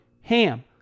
HAM